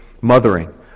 mothering